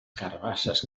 carabasses